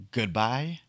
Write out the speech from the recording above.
Goodbye